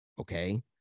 Okay